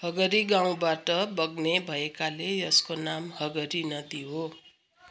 हगरी गाउँबाट बग्ने भएकाले यसको नाम हगरी नदी हो